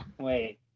wait